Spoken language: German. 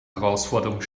herausforderung